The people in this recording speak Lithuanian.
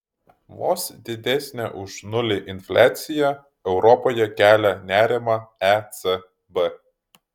vos didesnė už nulį infliacija europoje kelia nerimą ecb